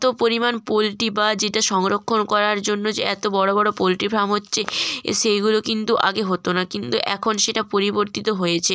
এত পরিমাণ পোল্ট্রি বা যেটা সংরক্ষণ করার জন্য যে এত বড়ো বড়ো পোল্ট্রি ফার্ম হচ্ছে সেইগুলো কিন্তু আগে হতো না কিন্তু এখন সেটা পরিবর্তিত হয়েছে